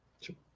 Sure